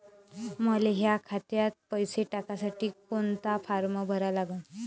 मले माह्या खात्यात पैसे टाकासाठी कोंता फारम भरा लागन?